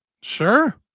Sure